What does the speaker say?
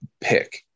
pick